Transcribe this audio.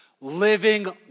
Living